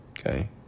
Okay